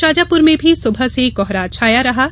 शाजापुर में भी सुबह से कोहरा छाया रहा है